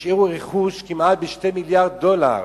השאירו רכוש כמעט ב-2 מיליארד דולר.